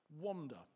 wander